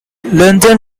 london